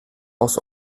aus